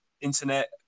internet